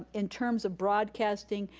in terms of broadcasting,